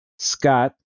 scott